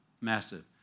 massive